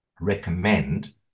Recommend